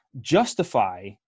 justify